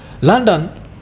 London